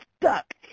stuck